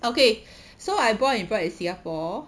okay so I born and brought in singapore